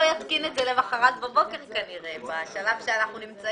נותן הלוואות בלי ריבית ועכשיו הוא נכנס לחוק.